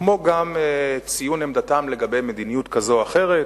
כמו גם ציון עמדתם לגבי מדיניות כזו או אחרת,